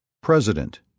President